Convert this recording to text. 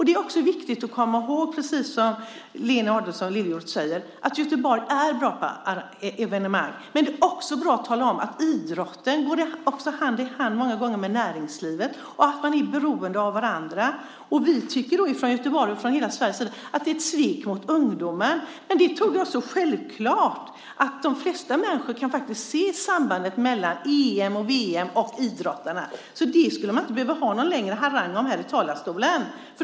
Det är också viktigt att komma ihåg, precis som Lena Adelsohn Liljeroth säger, att Göteborg är bra på evenemang. Men det är också bra att tala om att idrotten många gånger går hand i hand med näringslivet och att de är beroende av varandra. Och vi från Göteborg och människor från hela Sverige tycker att det är ett svek mot ungdomar. Jag tog det som så självklart att de flesta människor faktiskt kan se sambandet mellan EM, VM och idrottarna att man inte skulle behöva ha någon längre harang om det här i talarstolen.